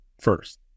first